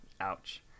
ouch